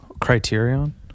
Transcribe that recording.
Criterion